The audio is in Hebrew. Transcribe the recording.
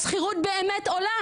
גובה דמי השכירות באמת עולה